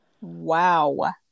wow